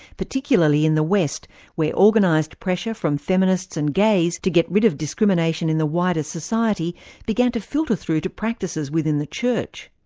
particularly in the west where organised pressure from feminists and gays to get rid of discrimination in the wider society began to filter through to practices within the church.